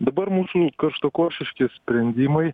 dabar mūsų karštakošiški sprendimai